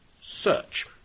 Search